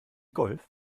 golf